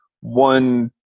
one